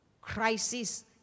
Crisis